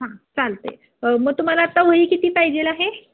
हां चालतं आहे मग तुम्हाला आत्ता वही किती पाहिजे आहे